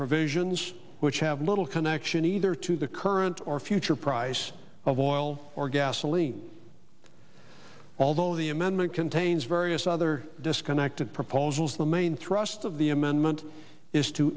provisions which have little connection either to the current or future price of oil or gasoline although the amendment contains various other disconnected proposals the main thrust of the amendment is to